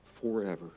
Forever